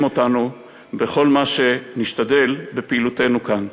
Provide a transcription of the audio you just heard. אותנו בכל מה שנשתדל בפעילותנו כאן.